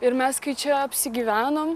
ir mes kai čia apsigyvenom